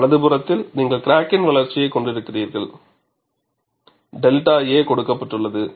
வலது புறத்தில் நீங்கள் கிராக்கின் வளர்ச்சியைக் கொண்டிருக்கிறீர்கள் 𝛅a கொடுக்கப்பட்டுள்ளது